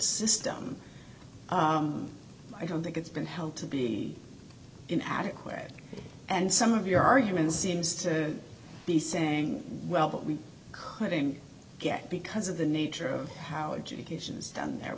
system i don't think it's been held to be in adequate and some of your arguments seems to be saying well what we claim get because of the nature of how education is done that